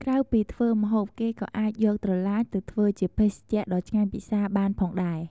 ក្រៅពីធ្វើម្ហូប គេក៏អាចយកត្រឡាចទៅធ្វើជាភេសជ្ជៈដ៏ឆ្ងាញ់ពិសាបានផងដែរ។